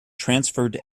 transferred